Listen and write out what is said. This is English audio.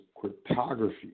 cryptography